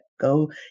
Go